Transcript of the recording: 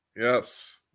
Yes